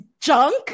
junk